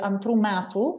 antrų metų